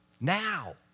now